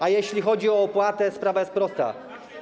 A jeśli chodzi o opłatę, sprawa jest prosta.